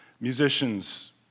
musicians